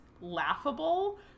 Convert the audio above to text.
laughable